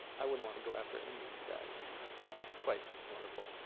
i wouldn't want to go after any of you guys. it was quite wonderful.